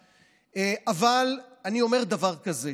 אבל אני אומר דבר כזה,